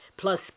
plus